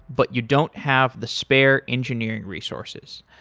but you don't have the spare engineering resources.